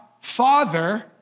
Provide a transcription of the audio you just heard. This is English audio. father